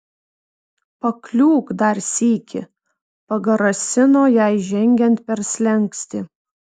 pakliūk dar sykį pagrasino jai žengiant per slenkstį